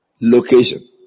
location